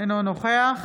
אינו נוכח